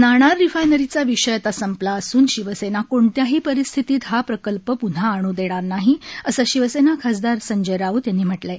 नाणार रिफायनरीचा विषय आता संपला असून शिवसेना कोणत्याही परिस्थितीत हा प्रकल्प पुन्हा आणू देणार नाही असं शिवसेना खासदार संजय राऊत यांनी म्हटलं आहे